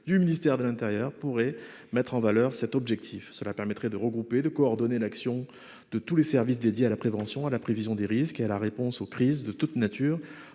du ministère de l'intérieur, pourrait mettre en valeur cet objectif. Cela permettrait de regrouper et de coordonner au sein d'un même ministère l'action de tous les services dédiés à la prévention, à la prévision des risques et à la réponse aux crises de toute nature.